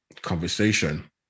conversation